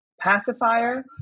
pacifier